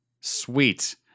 sweet